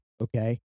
okay